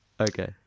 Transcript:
Okay